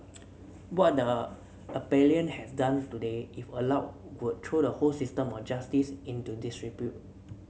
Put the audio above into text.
what the appellant has done today if allowed would throw the whole system of justice into disrepute